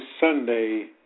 Sunday